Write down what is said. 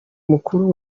mukuru